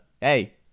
hey